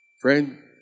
Friend